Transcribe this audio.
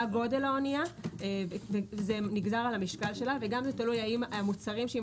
מה גודל האוניה נגזר המשקל שלה - וגם האם המוצרים שהיא